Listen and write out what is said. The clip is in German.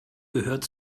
gehört